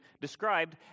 described